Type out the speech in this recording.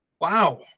wow